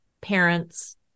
parents